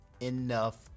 enough